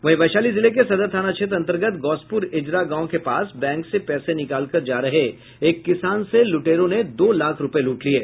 वहीं वैशाली जिले के सदर थाना क्षेत्र अंतर्गत गौसपुर इजरा गांव के पास बैंक से पैसे निकालकर जा रहे एक किसान से लूटेरों ने दो लाख रूपये लूट लिये